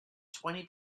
twenty